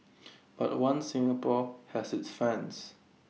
but One Singapore has its fans